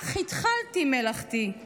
אך התחלתי מלאכתי! /